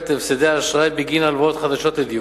להפסדי אשראי בגין הלוואות חדשות לדיור,